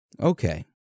Okay